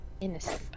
innocent